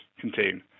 contain